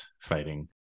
fighting